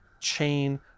chain